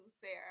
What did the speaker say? Sarah